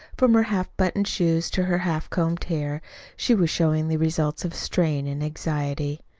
from her half-buttoned shoes to her half-combed hair she was showing the results of strain and anxiety.